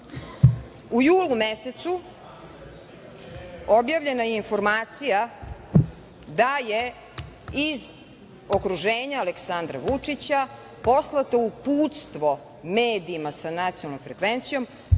U julu mesecu objavljena je informacija da je iz okruženja Aleksandra Vučića poslato uputstvo medijima sa nacionalnom frekvencijom